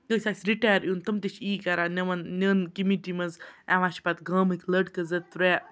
کٲنٛسہِ آسہِ رِٹایَر یُن تم تہِ چھِ ای کَران نِون نِیُن کمِیٹی منٛز یِوان چھِ پَتہٕ گامٕکۍ لٔڑکہٕ زٕ ترٛےٚ